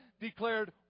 declared